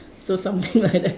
so something like that